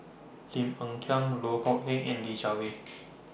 Lim Hng Kiang Loh Kok Heng and Li Jiawei